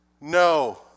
no